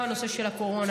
גם בנושא הקורונה,